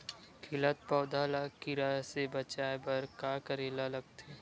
खिलत पौधा ल कीरा से बचाय बर का करेला लगथे?